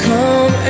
Come